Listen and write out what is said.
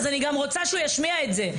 אז אני גם רוצה שהוא ישמיע את זה,